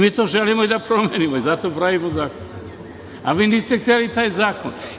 Mi to želimo da promenimo, zato i pravimo zakon, a vi niste hteli taj zakon.